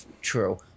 True